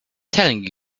telling